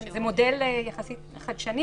זה מודל יחסית חדשני,